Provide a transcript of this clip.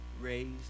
raised